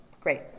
Great